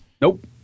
Nope